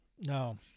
No